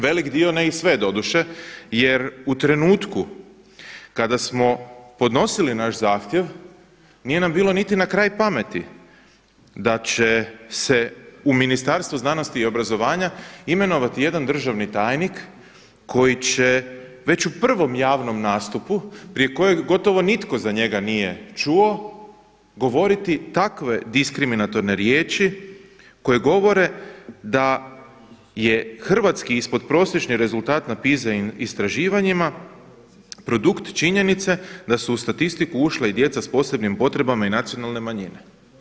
Velik dio, ne i sve doduše jer u trenutku kada smo podnosili naš zahtjev nije nam bilo niti na kraj pameti da će se u Ministarstvu znanosti i obrazovanja imenovati jedan državni tajnik koji će već u prvom javnom nastupu prije kojeg gotovo nitko za njega nije čuo govoriti takve diskriminatorne riječi koje govore da je hrvatski ispod prosječni rezultat na … istraživanjima produkt činjenice da su u statistiku ušla i djeca s posebnim potrebama i nacionalne manjine.